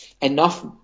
enough